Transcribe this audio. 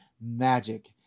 Magic